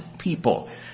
People